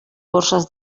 borses